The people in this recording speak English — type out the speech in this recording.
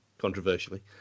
controversially